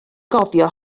gofio